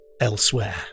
elsewhere